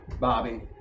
Bobby